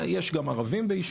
מה, יש גם ערבים בישובים.